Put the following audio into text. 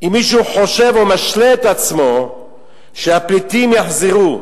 אם מישהו חושב או משלה את עצמו שהפליטים יחזרו.